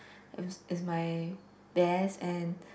it was is my best and